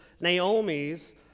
Naomi's